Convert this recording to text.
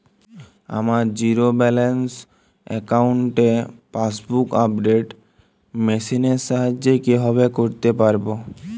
আমার zero balance অ্যাকাউন্টে passbook update machine এর সাহায্যে কীভাবে করতে পারব?